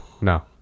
No